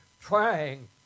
trying